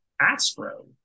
Astro